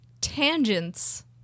Tangents